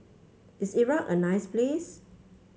is Iraq a nice place